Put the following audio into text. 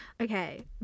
okay